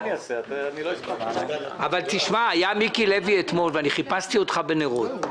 היה מיקי לוי אתמול ואני חיפשתי אותך בנרות.